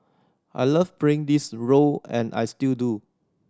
I love playing this role and I still do